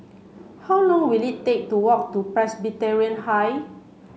how long will it take to walk to Presbyterian High